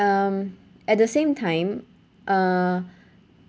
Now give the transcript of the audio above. um at the same time uh